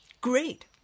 Great